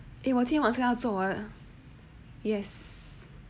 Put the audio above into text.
eh 我今天晚上要做完